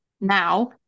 Now